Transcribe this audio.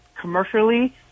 commercially